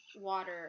water